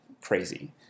crazy